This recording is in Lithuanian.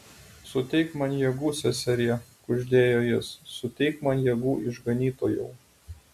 suteik man jėgų seserie kuždėjo jis suteik man jėgų išganytojau